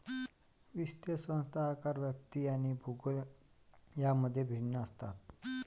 वित्तीय संस्था आकार, व्याप्ती आणि भूगोल यांमध्ये भिन्न असतात